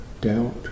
doubt